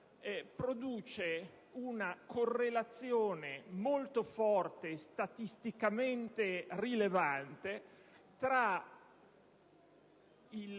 produce una correlazione molto forte, statisticamente rilevante, tra la